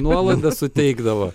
nuolaidą suteikdavo